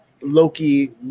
Loki